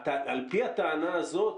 על פי הטענה הזאת,